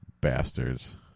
Bastards